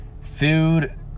food